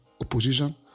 opposition